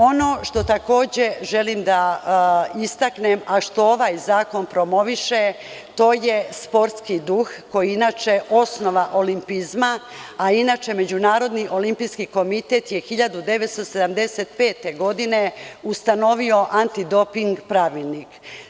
Ono što takođe želim da istaknem, a što ovaj zakon promoviše, to je sportski duh, koji je inače osnova olimpizma, a inače, Međunarodni olimpijski komitet je 1975. godine ustanovio antidoping pravilnik.